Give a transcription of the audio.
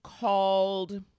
called